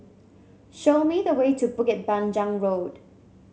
show me the way to Bukit Panjang Road